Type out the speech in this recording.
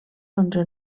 onze